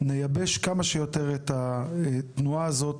נייבש כמה שיותר את התנועה הזאת,